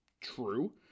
true